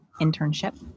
internship